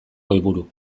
goiburu